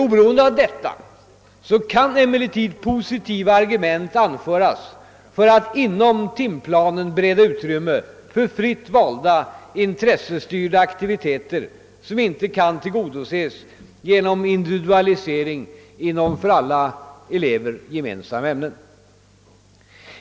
Oberoende härav kan emellertid positiva argument anföras för att inom timplanen bereda utrymme för fritt valda intressestyrda aktiviteter som inte kan tillgodoses genom individualisering inom för alla elever gemensamma ämnen.